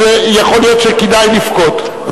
אז יכול להיות שכדאי לבכות.